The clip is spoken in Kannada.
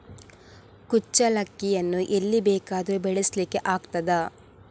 ಕುಚ್ಚಲಕ್ಕಿಯನ್ನು ಎಲ್ಲಿ ಬೇಕಾದರೂ ಬೆಳೆಸ್ಲಿಕ್ಕೆ ಆಗ್ತದ?